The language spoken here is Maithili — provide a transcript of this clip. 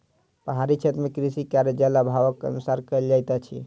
पहाड़ी क्षेत्र मे कृषि कार्य, जल अभावक अनुसार कयल जाइत अछि